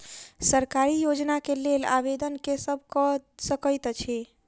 सरकारी योजना केँ लेल आवेदन केँ सब कऽ सकैत अछि?